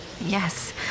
yes